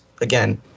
again